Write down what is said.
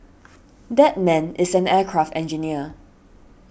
that man is an aircraft engineer